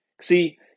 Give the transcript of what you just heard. See